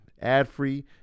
ad-free